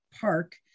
park